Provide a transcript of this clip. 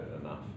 enough